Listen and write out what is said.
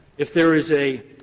if there is a,